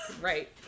Right